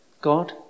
God